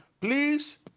please